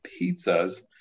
pizzas